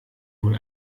wohl